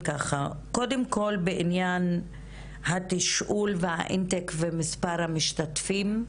קודם כל, בעניין התשאול באינטייק ומספר המשתתפים: